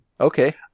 Okay